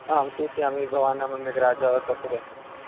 आं सूचयामि भवान् नाम मेघ्राजा वर्तते